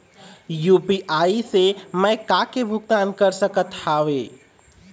UPI से मैं का का के भुगतान कर सकत हावे?